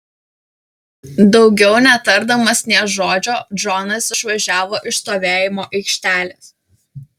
daugiau netardamas nė žodžio džonas išvažiavo iš stovėjimo aikštelės